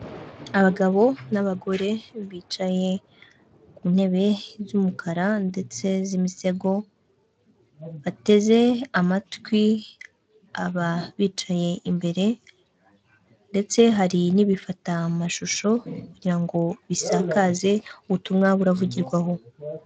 Abagabo n'abagore bicaye ku ntebe z'umukara ndetse z'imitego bateze amatwi ababicaye imbere ndetse hari n'ibifatamashusho, kugira ngo bisakaze ubutumwa buravugirwa aho.